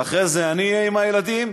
ואחרי זה אני אהיה עם הילדים.